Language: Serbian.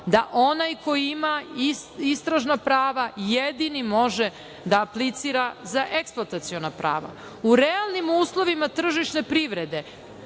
da onaj koji ima istražna prava jedini može da aplicira za eksploataciona prava. U realnim uslovima tržišne privrede,